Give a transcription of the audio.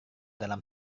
dalam